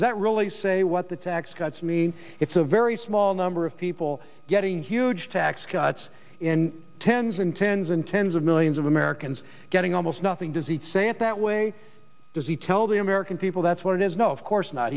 that really say what the tax cuts mean it's a very small number of people getting huge tax cuts in tens and tens and tens of millions of americans getting almost nothing does it say it that way does he tell the american people that's what it is no of course not